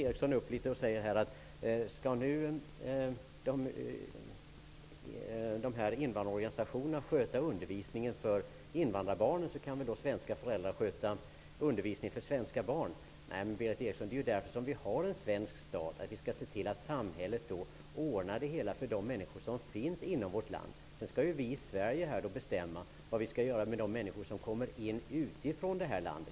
Berith Eriksson säger vidare att om invandrarorganisationerna skall sköta undervisningen för invandrarbarnen kan väl de svenska föräldrarna sköta undervisningen för de svenska barnen. Vi har ju, Berith Eriksson, en svensk stat därför att samhället skall ordna sådana här saker för de människor som finns inom vårt land. Men sedan skall vi i Sverige bestämma vad som skall göras vad gäller de människor som kommer in till vårt land.